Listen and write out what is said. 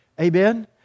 Amen